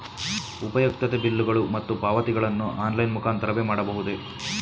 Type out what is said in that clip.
ಉಪಯುಕ್ತತೆ ಬಿಲ್ಲುಗಳು ಮತ್ತು ಪಾವತಿಗಳನ್ನು ಆನ್ಲೈನ್ ಮುಖಾಂತರವೇ ಮಾಡಬಹುದೇ?